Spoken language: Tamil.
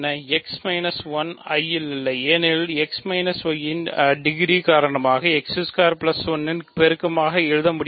x 1 என்பது I ல் இல்லை ஏனெனில் x 1 ஐ டிகிரி காரணங்களுக்காக 1 இன் பெருக்கமாக எழுத முடியாது